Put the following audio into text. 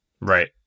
right